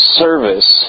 service